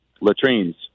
latrines